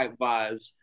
vibes